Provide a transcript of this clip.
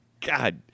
God